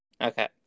Okay